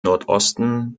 nordosten